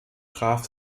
traf